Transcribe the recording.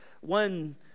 One